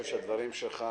הדברים שלך